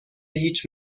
هیچ